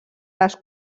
les